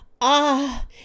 Ah